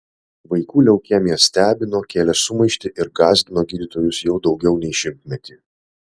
vaikų leukemija stebino kėlė sumaištį ir gąsdino gydytojus jau daugiau nei šimtmetį